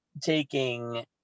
taking